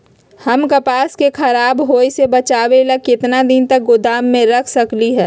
हम कपास के खराब होए से बचाबे ला कितना दिन तक गोदाम में रख सकली ह?